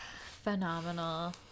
phenomenal